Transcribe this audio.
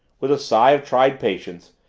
with a sigh of tried patience,